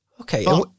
Okay